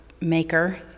maker